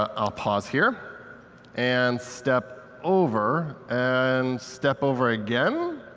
ah i'll pause here and step over and step over again.